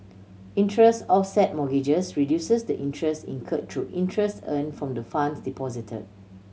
interest offset mortgages reduces the interest incurred through interest earned from the funds deposited